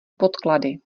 podklady